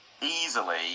easily